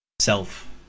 self